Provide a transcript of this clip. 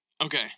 Okay